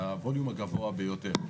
את הווליום הגבוה ביותר.